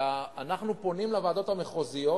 שאנחנו פונים לוועדות המחוזיות,